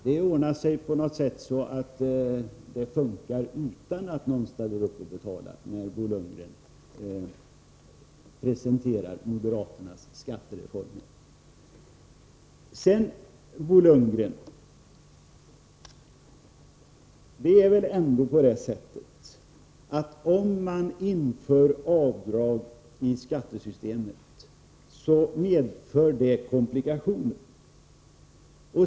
Det ordnar sig på något sätt, det fungerar utan att någon betalar, är den uppfattning man får när Bo Lundgren presenterar moderaternas skattereform. Om man inför avdrag i skattesystemet, Bo Lundgren, medför det komplikationer.